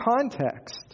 context